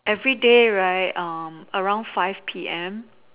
everyday right um around five P_M